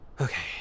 Okay